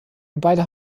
beide